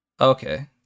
Okay